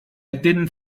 didn’t